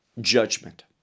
judgment